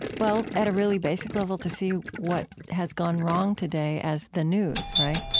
well, at a really basic level to see what has gone wrong today as the news, right?